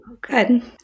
Good